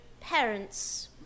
parents